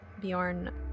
Bjorn